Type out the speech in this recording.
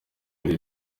hari